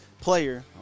player